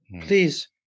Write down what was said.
Please